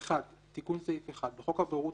"תיקון סעיף 1. 1.בחוק הבוררות,